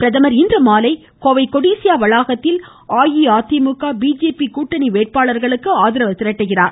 பிரதமர் இன்றுமாலை கோவை கொடீசியா வளாகத்தில் அஇஅதிமுக கூட்டணி வேட்பாளர்களுக்கு ஆதரவு திரட்டுகிறார்